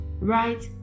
right